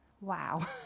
Wow